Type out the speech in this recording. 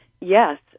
yes